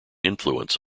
influence